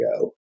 go